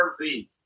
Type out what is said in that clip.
RV